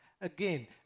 again